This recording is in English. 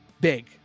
big